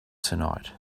tonight